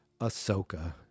Ahsoka